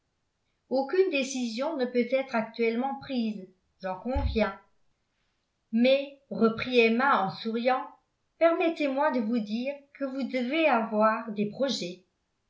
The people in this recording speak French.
aucune décision ne peut être actuellement prise j'en conviens mais reprit emma en souriant permettez-moi de vous dire que vous devez avoir des projets